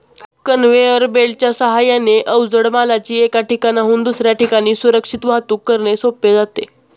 conveyor बेल्टच्या साहाय्याने अवजड मालाची एका ठिकाणाहून दुसऱ्या ठिकाणी सुरक्षित वाहतूक करणे सोपे जाते